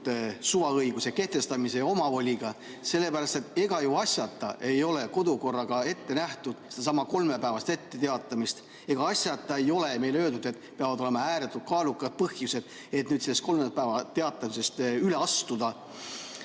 suvaõiguse kehtestamise ja omavoliga. Ega asjata ei ole kodukorraga ette nähtud sedasama kolmepäevast etteteatamist. Ega asjata ei ole meile öeldud, et peavad olema ääretult kaalukad põhjused, et sellest kolmepäevasest etteteatamisest üle astuda.